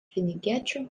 finikiečių